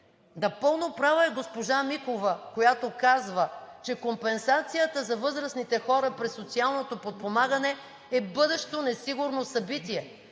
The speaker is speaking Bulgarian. Напълно права е госпожа Зайкова, която казва, че компенсацията за възрастните хора през социалното подпомагане е бъдещо несигурно събитие,